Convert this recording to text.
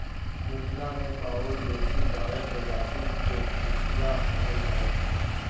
मिथिला मे पाओल देशी गायक प्रजाति के भुटिया कहल जाइत छै